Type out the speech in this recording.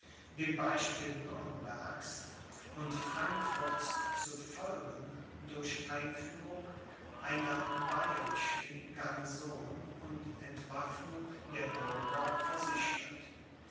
dem beispiel nürnbergs und frankfurts zu folgen durch einführung einer bayerischen garnison und entwaffnung der bürger versichert